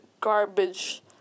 garbage